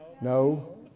no